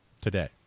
today